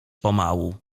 pomału